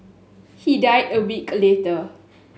he died a week later